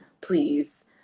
please